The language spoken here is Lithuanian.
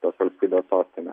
tos valstybės sostinė